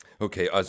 Okay